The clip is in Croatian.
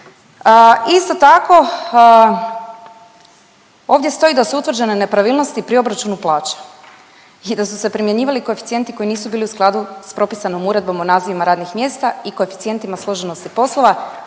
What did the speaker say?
Isto tako ovdje stoji da su utvrđene nepravilnosti pri obračunu plaća i da su se primjenjivali koeficijenti koji nisu bili u skladu s propisanom Uredbom o nazivima radnih mjesta i koeficijentima složenosti poslova,